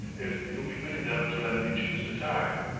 if you'll be good enough to let me choose the time.